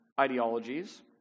ideologies